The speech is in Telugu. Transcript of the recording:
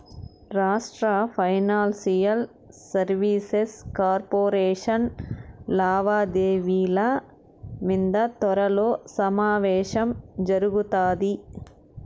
రాష్ట్ర ఫైనాన్షియల్ సర్వీసెస్ కార్పొరేషన్ లావాదేవిల మింద త్వరలో సమావేశం జరగతాది